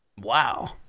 Wow